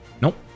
Nope